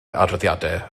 adroddiadau